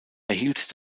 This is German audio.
erhielt